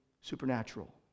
supernatural